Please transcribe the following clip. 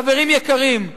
חברים יקרים,